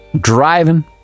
Driving